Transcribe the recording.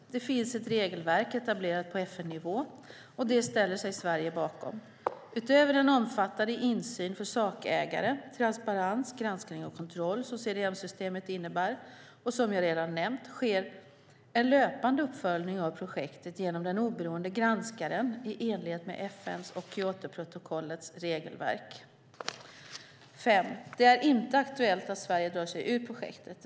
Det finns ett regelverk etablerat på FN-nivå och det ställer sig Sverige bakom. Utöver den omfattande insyn för sakägare, transparens, granskning och kontroll som CDM-systemet innebär, och som jag redan nämnt, sker en löpande uppföljning av projektet genom den oberoende granskaren i enlighet med FN:s och Kyotoprotokollets regelverk. Det är inte aktuellt att Sverige drar sig ur projektet.